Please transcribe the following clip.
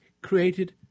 created